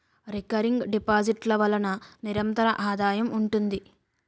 recurring deposit ల వలన నిరంతర ఆదాయం ఉంటుంది